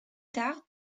tard